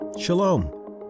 Shalom